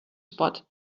spot